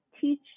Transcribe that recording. teach